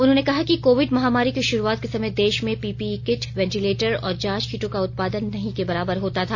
उन्होंने कहा कि कोविड महामारी की शुरूआत के समय देश में पीपीई किट वेन्टीलेटर और जांच किटों का उत्पादन नहीं के बराबर होता था